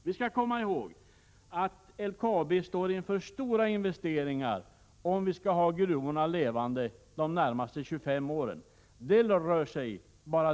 Vi skall komma ihåg att LKAB står inför stora investeringar, om vi skall ha gruvorna levande de närmaste 25 åren.